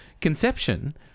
conception